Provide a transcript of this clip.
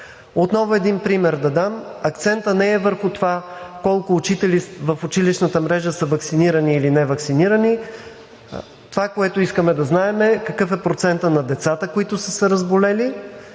Отново един пример да дам. Акцентът не е върху това колко учители в училищната мрежа са ваксинирани или неваксинирани. Това, което искаме да знаем, е какъв е процентът на децата, които са се разболели,